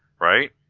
right